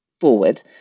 forward